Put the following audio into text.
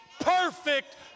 perfect